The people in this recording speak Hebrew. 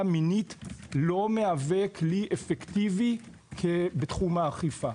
מינית לא מהווה כלי אפקטיבי בתחום האכיפה.